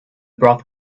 broth